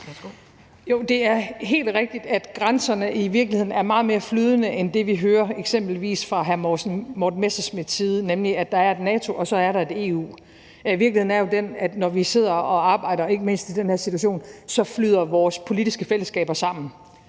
Jo, det er helt rigtigt, at grænserne i virkeligheden er meget mere flydende end det, vi hører eksempelvis fra hr. Morten Messerschmidts side, nemlig at der er et NATO, og at der så er et EU. Virkeligheden er jo den, at når vi sidder og arbejder og ikke mindst i den her situation, flyder vores politiske fællesskaber sammen,